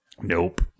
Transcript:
Nope